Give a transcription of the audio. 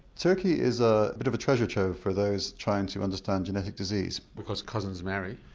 turkey is a bit of a treasure trove for those trying to understand genetic disease. because cousins marry?